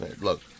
Look